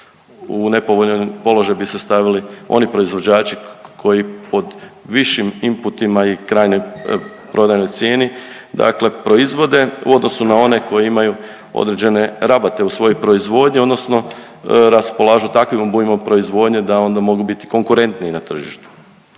U nepovoljan položaj bi se stavili oni proizvođači koji pod višim inputima i krajnjoj prodajnoj cijeni dakle proizvode u odnosu na one koji imaju određene rabate u svojoj proizvodnji odnosno raspolažu takvim obujmom proizvodnje da onda mogu biti konkurentniji na tržištu.